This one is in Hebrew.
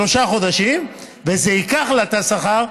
שלושה חודשים, וזה ייקח לה את השכר.